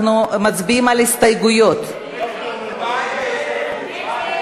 מצביעים על הסתייגויות של חברי הכנסת יצחק הרצוג,